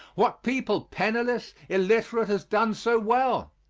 what people, penniless, illiterate, has done so well?